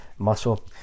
Muscle